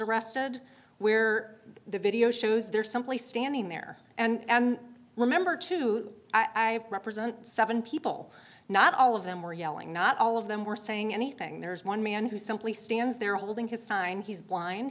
arrested where the video shows they're simply standing there and remember to i represent seven people not all of them were yelling not all of them were saying anything there's one man who simply stands there holding his sign he's blind